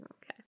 Okay